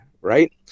right